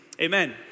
amen